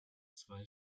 zwei